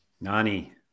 Nani